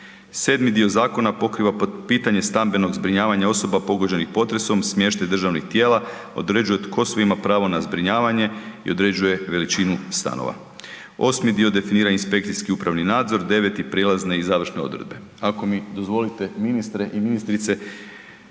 Sedmi dio zakona pokriva pitanje stambenog zbrinjavanja osoba pogođenih potresom, smještaj državnih tijela, određuje tko sve ima pravo na zbrinjavanje i određuje veličinu stanova. Osmi dio definira inspekcijski i upravni nadzor, deveti prijelazne i završne odredbe. Ako mi dozvolite, ministre i ministrice,